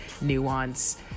nuance